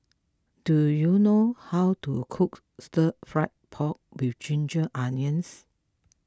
do you know how to cook Stir Fried Pork with Ginger Onions